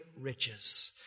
riches